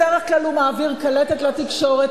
בדרך כלל הוא מעביר קלטת לתקשורת,